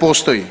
postoji.